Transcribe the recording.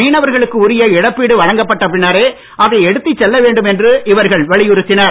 மீனவர்களுக்கு உரிய இழப்பீடு வழங்கப்பட்ட பின்னரே அதை எடுத்துச் செல்லவேண்டும் என்று இவர்கள் வலியுறுத்தினர்